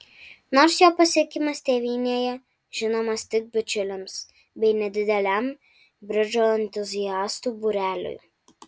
nors jo pasiekimas tėvynėje žinomas tik bičiuliams bei nedideliam bridžo entuziastų būreliui